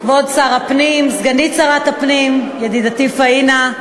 כבוד שר הפנים, סגנית שר הפנים, ידידתי פאינה,